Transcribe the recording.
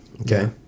Okay